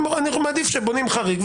אני מעדיף שבונים חריג,